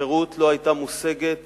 החירות לא היתה מושגת